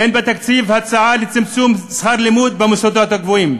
אין בתקציב הצעה לצמצום שכר הלימוד במוסדות הגבוהים.